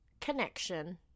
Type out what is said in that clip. connection